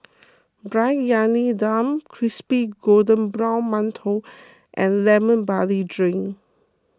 Briyani Dum Crispy Golden Brown Mantou and Lemon Barley Drink